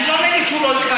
אני לא נגד שהוא יתראיין,